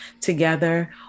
together